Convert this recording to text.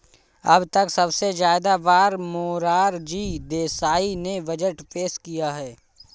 अब तक सबसे ज्यादा बार मोरार जी देसाई ने बजट पेश किया है